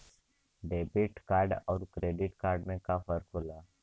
Debit card अउर credit card में का फर्क होला?